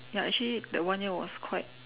ya actually that one year was quite